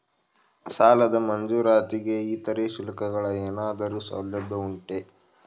ಸಾಲದ ಮಂಜೂರಾತಿಗೆ ಇತರೆ ಶುಲ್ಕಗಳ ಏನಾದರೂ ಸೌಲಭ್ಯ ಉಂಟೆ?